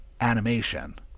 animation